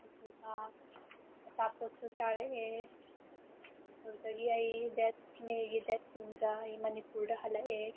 ꯑꯗꯨꯒ ꯑꯆꯥꯄꯣꯠꯁꯨ ꯆꯥꯔꯛꯑꯦ ꯑꯗꯨꯗꯒꯤ ꯑꯩ ꯗꯦꯠ ꯃꯦꯒꯤ ꯗꯦꯠ ꯇꯨꯗ ꯑꯩ ꯃꯅꯤꯄꯨꯔꯗ ꯍꯜꯂꯛꯑꯦ